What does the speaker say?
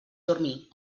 dormir